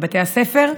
בבתי הספר,